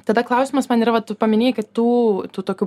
tada klausimas man yra va tu paminėjai kad tų tų tokių